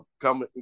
come